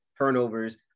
turnovers